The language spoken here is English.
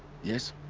yes?